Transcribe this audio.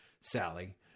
Sally